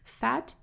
Fat –